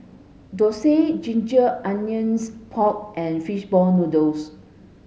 dosa ginger onions pork and fish ball noodles